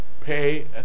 Pay